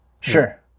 Sure